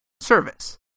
service